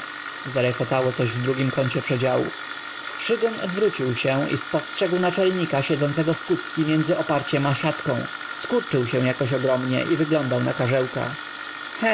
zarehotało coś w d ru gim kącie przedziału szygoń odw rócił się i spostrzegł naczelni ka siedzącego w kuczki między oparciem a s ia tk ą skurczył się jakoś ogrom nie i w yglądał na karzełka